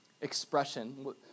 expression